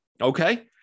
Okay